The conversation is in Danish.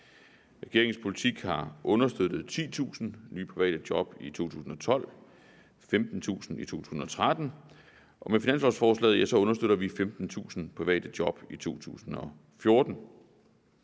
Regeringens politik har understøttet 10.000 nye private job i 2012, 15.000 i 2013, og med finanslovsforslaget understøtter vi 15.000 private job i 2014.